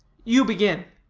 you begin.